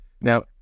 Now